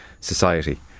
society